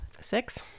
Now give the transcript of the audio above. Six